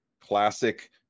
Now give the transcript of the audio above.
classic